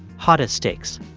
hottest stakes.